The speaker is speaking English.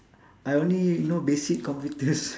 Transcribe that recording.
I only know basic computers